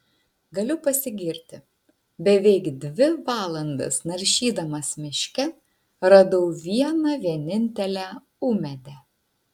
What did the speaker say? galiu pasigirti beveik dvi valandas naršydamas miške radau vieną vienintelę ūmėdę